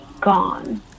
gone